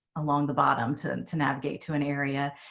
along the bottom to to navigate to an area.